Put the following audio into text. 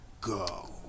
go